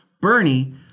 Bernie